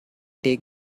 take